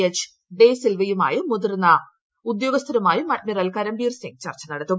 H De സിൽവയുമായും മറ്റ് മുതിർന്ന ഉദ്യോഗസ്ഥത്യുമായും അഡ്മിറൽ കരംബീർ സിങ് ചർച്ച നടത്തും